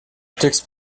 текст